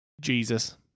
jesus